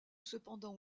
cependant